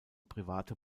private